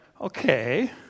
okay